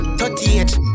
thirty-eight